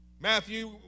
Matthew